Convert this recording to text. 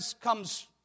comes